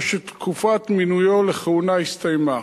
או שתקופת מינויו לכהונה הסתיימה.